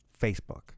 Facebook